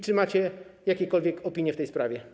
Czy macie jakiekolwiek opinie w tej sprawie?